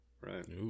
Right